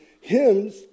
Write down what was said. hymns